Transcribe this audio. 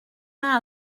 main